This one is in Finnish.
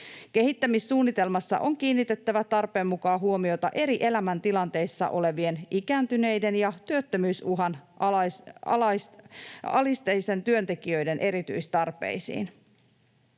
Kehittämissuunnitelmassa on kiinnitettävä tarpeen mukaan huomiota eri elämäntilanteissa olevien ikääntyneiden ja työttömyysuhan alaisten työntekijöiden erityistarpeisiin.